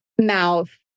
mouth